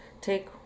take